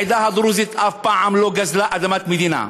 העדה הדרוזית אף פעם לא גזלה אדמת מדינה.